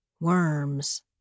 Worms